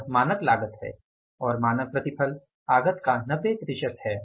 यह मानक लागत है और मानक प्रतिफल आगत का 90 है